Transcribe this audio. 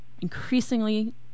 increasingly